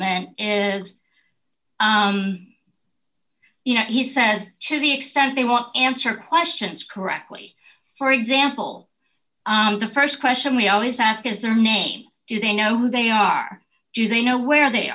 man you know he says to the extent they won't answer questions correctly for example the st question we always ask is their name do they know who they are do they know where they